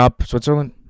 Switzerland